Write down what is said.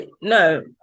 No